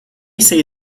say